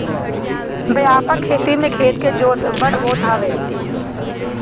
व्यापक खेती में खेत के जोत बड़ होत हवे